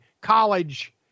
college